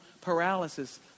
paralysis